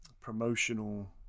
promotional